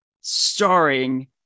starring